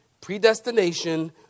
predestination